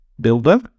builder